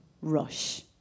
Rush